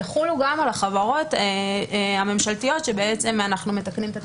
יחולו גם על החברות הממשלתיות שבעצם אנחנו מתקנים את התקנות.